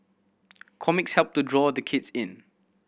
comics help to draw the kids in